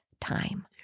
time